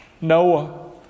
Noah